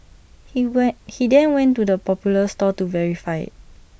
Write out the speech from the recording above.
he went he then went to the popular store to verify IT